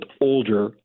older